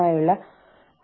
ഞാനാണ് ഏറ്റവും മികച്ചത്